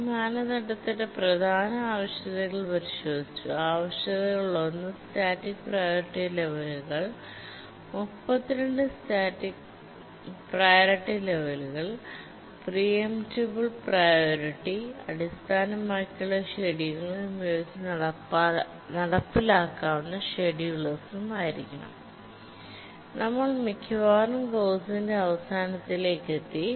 ഈ മാനദണ്ഡത്തിന്റെ പ്രധാന ആവശ്യകതകൾ പരിശോധിച്ചു ആവശ്യകതകളിലൊന്ന് സ്റ്റാറ്റിക് പ്രിയോറിറ്റി ലെവലുകൾ 32 പ്രിയോറിറ്റി ലെവലുകൾപ്രീ എംപ്റ്റബ്ൾ പ്രിയോറിറ്റി അടിസ്ഥാനമാക്കിയുള്ള സ്ചെടുലിങ് ഉപയോഗിച്ചു നടപ്പിലാക്കാവുന്ന സ്ചെടുലേറും ആയിരിക്കണം നമ്മൾ മിക്കവാറും കോഴ്സിന്റെ അവസാനത്തിലാണ്